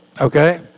okay